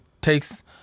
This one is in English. takes